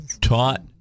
taught